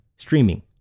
Streaming